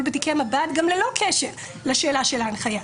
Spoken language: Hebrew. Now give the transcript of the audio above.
בתיקי מב"ד גם ללא קשר לשאלה של ההנחיה?